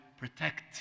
protect